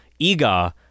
Iga